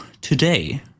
today